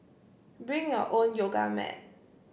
bring your own yoga mat